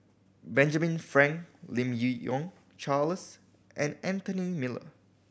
Benjamin Frank Lim Yi Yong Charles and Anthony Miller